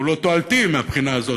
כי הוא לא תועלתי מהבחינה הזאת.